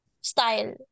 style